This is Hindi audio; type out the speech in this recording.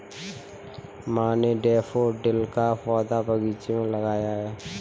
माँ ने डैफ़ोडिल का पौधा बगीचे में लगाया है